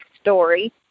story